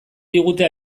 digute